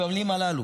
במילים הללו.